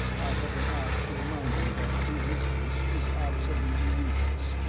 i have been asked to remind you that resistance is absolutely useless,